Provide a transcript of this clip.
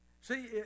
See